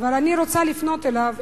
אבל אני רוצה לפנות אליו,